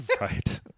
Right